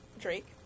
Drake